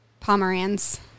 Pomeranz